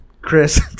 Chris